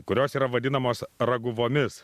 kurios yra vadinamos raguvomis